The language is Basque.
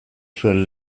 zuen